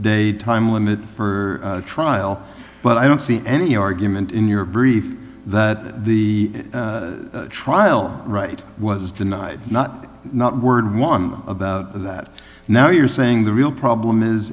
day time limit for trial but i don't see any argument in your brief that the trial right was denied not not word one about that now you're saying the real problem is